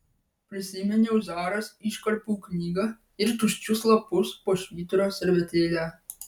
prisiminiau zaros iškarpų knygą ir tuščius lapus po švyturio servetėle